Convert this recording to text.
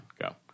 Go